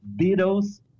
Beatles